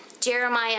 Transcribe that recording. Jeremiah